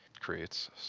creates